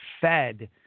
fed